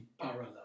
parallel